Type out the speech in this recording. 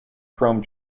chrome